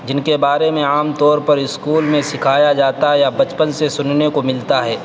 جن کے بارے میں عام طور پر اسکول سکھایا جاتا ہے یا بچپن سے سننے کو ملتا ہے